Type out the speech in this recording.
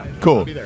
cool